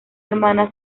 hermana